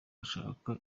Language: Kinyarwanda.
bashaka